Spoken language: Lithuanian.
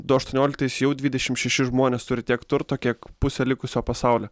du aštuonioliktais jau dvidešim šeši žmonės turi tiek turto kiek pusė likusio pasaulio